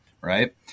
right